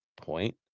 point